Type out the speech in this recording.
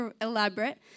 elaborate